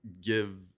give